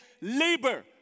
labor